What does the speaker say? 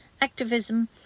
activism